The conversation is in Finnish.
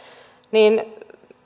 niin